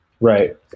Right